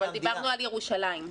אבל דיברנו על ירושלים,